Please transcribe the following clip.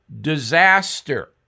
disaster